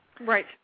Right